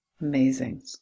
Amazing